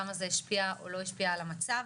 כמה זה השפיע או לא השפיע על המצב.